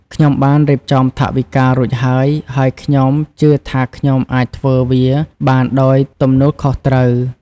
ខ្ញុំបានរៀបចំថវិការួចហើយ ហើយខ្ញុំជឿថាខ្ញុំអាចធ្វើវាបានដោយទំនួលខុសត្រូវ។